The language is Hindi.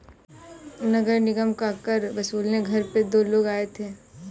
नगर निगम का कर वसूलने घर पे दो लोग आए थे